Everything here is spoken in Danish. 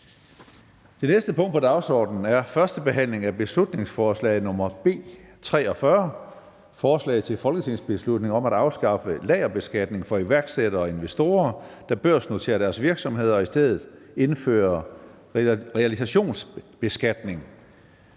Det næste punkt på dagsordenen er: 14) 1. behandling af beslutningsforslag nr. B 43: Forslag til folketingsbeslutning om at afskaffe lagerbeskatning for iværksættere og investorer, der børsnoterer deres virksomheder, og i stedet indføre realisationsbeskatning.